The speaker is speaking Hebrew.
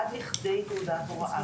עד לכדי תעודת הוראה.